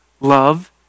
love